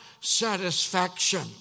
satisfaction